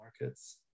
markets